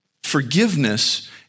Forgiveness